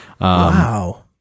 Wow